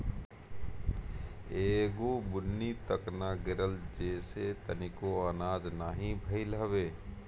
एगो बुन्नी तक ना गिरल जेसे तनिको आनाज नाही भइल हवे